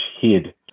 hid